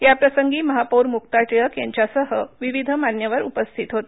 याप्रसंगी महापौर मुक्ता टिळक यांच्यासह विविध मान्यवर उपस्थित होते